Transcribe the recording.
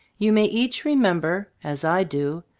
you may each remember, as i do,